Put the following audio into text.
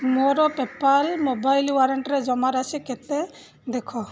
ମୋର PayPal mobile ୱାରେଣ୍ଟରେ ଜମା ରାଶି କେତେ ଦେଖ